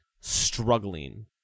struggling